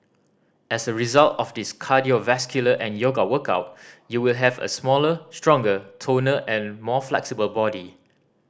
as a result of this cardiovascular and yoga workout you will have a slimmer stronger toner and more flexible body